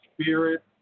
spirit